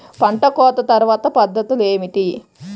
పంట కోత తర్వాత పద్ధతులు ఏమిటి?